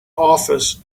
office